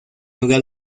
lugar